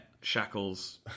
shackles